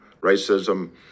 racism